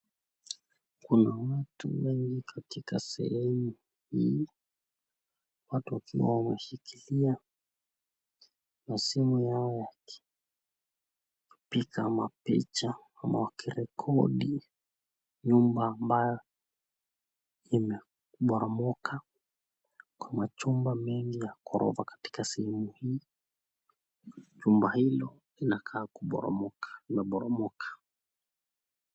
Kuna watu wengi katika sehemu hii. Watu wakiwa wameshikilia masimu yao yakipiga mapicha ama wakirekodi nyumba ambayo imeporomoka kwa majumba mengi ya ghorofa katika sehemu hii. Jumba hilo inakaa kuporomoka, imeporomoka.